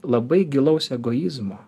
labai gilaus egoizmo